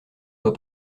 vois